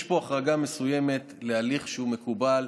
יש פה החרגה מסוימת להליך שהוא מקובל,